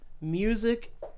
music